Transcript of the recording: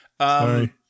Sorry